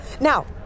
Now